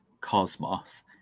cosmos